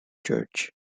church